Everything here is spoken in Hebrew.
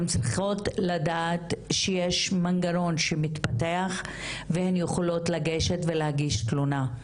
הן צריכות לדעת שיש מנגנון שמתפתח והן יכולות לגשת ולהגיש תלונה,